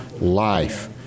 life